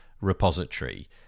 repository